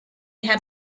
had